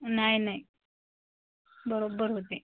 नाही नाही बरोबर होते